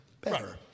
better